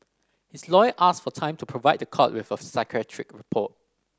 his lawyer asked for time to provide the court with a psychiatric report